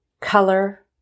color